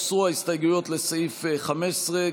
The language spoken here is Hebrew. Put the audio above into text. הוסרו ההסתייגויות לסעיף 15,